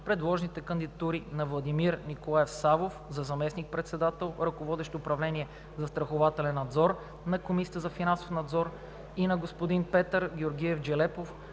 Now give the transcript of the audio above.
предложените кандидатури на Владимир Николаев Савов за заместник-председател, ръководещ управление „Застрахователен надзор“ на Комисията за финансов надзор и на Петър Георгиев Джелепов